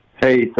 Hey